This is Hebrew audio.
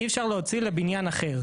אי אפשר להוציא לבניין אחר.